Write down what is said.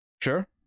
Sure